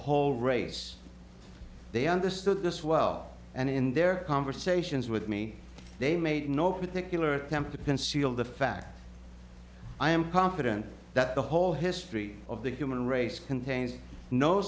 whole race they understood this well and in their conversations with me they made no particular attempt to conceal the fact i am confident that the whole history of the human race contains no